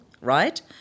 right